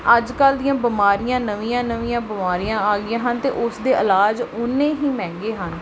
ਅੱਜ ਕੱਲ੍ਹ ਦੀਆਂ ਬਿਮਾਰੀਆਂ ਨਵੀਆਂ ਨਵੀਆਂ ਬਿਮਾਰੀਆਂ ਆ ਗਈਆਂ ਹਨ ਅਤੇ ਉਸ ਦੇ ਇਲਾਜ ਉਨੇ ਹੀ ਮਹਿੰਗੇ ਹਨ